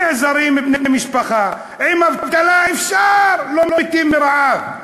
נעזרים בבני משפחה, עם אבטלה אפשר, לא מתים מרעב.